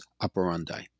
operandi